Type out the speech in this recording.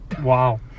wow